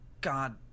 God